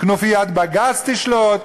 כנופיית בג"ץ תשלוט,